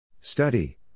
Study